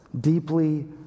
deeply